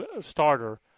starter